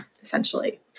essentially